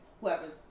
whoever's